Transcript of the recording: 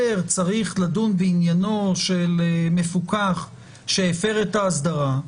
צריך לדון בעניינו של מפוקח שהפר את האסדרה,